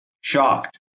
Shocked